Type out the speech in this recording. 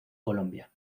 colombia